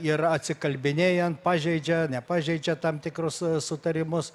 ir atsikalbinėjant pažeidžia nepažeidžia tam tikrus sutarimus